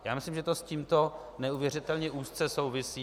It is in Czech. Já myslím, že to s tímto neuvěřitelně úzce souvisí.